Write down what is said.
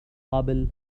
قبل